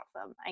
awesome